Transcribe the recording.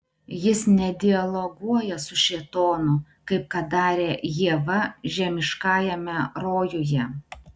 jis nedialoguoja su šėtonu kaip kad darė ieva žemiškajame rojuje